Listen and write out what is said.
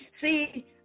See